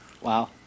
Wow